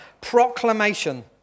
Proclamation